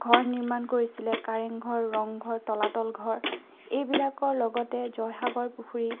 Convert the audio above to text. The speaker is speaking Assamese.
ঘৰ নিৰ্মাণ কৰিছিলে কাৰেংঘৰ ৰংঘৰ তলাতল ঘৰ এইবিলাকৰ লগতে জয়সাগৰ পুখুৰী